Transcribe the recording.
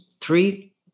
Three